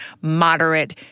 moderate